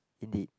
indeed